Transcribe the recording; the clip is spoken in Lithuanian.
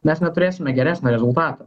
mes neturėsime geresnio rezultato